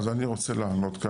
אני רוצה לענות.